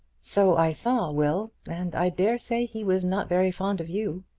so i saw will and i dare say he was not very fond of you.